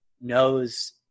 knows